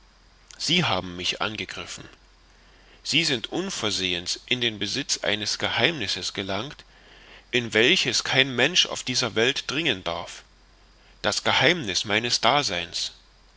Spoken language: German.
sie haben mich angegriffen sie sind unversehens in den besitz eines geheimnisses gelangt in welches kein mensch auf der welt dringen darf das geheimniß meines daseins